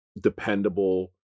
dependable